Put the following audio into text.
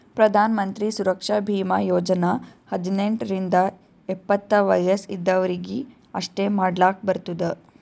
ಪ್ರಧಾನ್ ಮಂತ್ರಿ ಸುರಕ್ಷಾ ಭೀಮಾ ಯೋಜನಾ ಹದ್ನೆಂಟ್ ರಿಂದ ಎಪ್ಪತ್ತ ವಯಸ್ ಇದ್ದವರೀಗಿ ಅಷ್ಟೇ ಮಾಡ್ಲಾಕ್ ಬರ್ತುದ